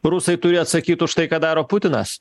rusai turi atsakyt už tai ką daro putinas